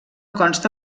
consta